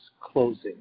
closing